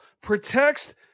protects